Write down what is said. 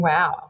Wow